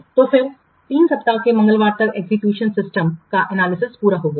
तो फिर 3 सप्ताह के मंगलवार तक एजुकेशन सिस्टममौजूदा प्रणाली का एनालिसिस पूरा हो गया है